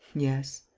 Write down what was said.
yes.